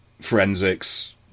forensics